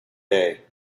day